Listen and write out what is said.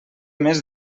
més